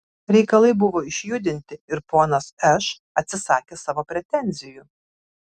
reikalai buvo išjudinti ir ponas š atsisakė savo pretenzijų